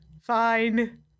Fine